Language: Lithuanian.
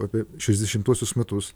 apie šešiasdešimtuosius metus